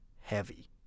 heavy